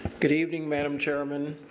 good evening, madam chairman,